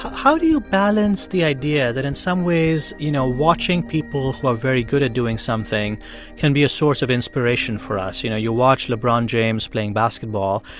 how do you balance the idea that, in some ways, you know, watching people who are very good at doing something can be a source of inspiration for us? you know, you watch lebron james playing basketball,